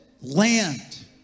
land